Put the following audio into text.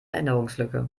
erinnerungslücke